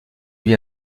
lui